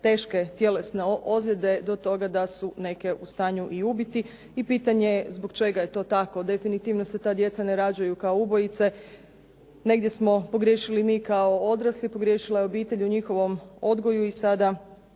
teške tjelesne ozljede do toga da su neke u stanju i ubiti. I pitanje je zbog čega je to tako? Definitivno se ta djeca se ne rađaju kao ubojice. Negdje smo pogriješili mi kao odrasli, pogriješila je obitelj u njihovom odgoju i sada